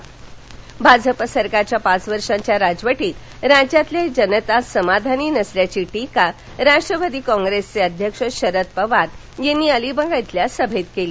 तर भाजप सरकारच्या पाच वर्षांच्या राजवटीत राज्यातील जनता समाधानी नसल्याची टीका राष्ट्रवादी काँग्रेसचे अध्यक्ष शरद पवार यांनी अलिबाग इथल्या सभेत केली